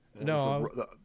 No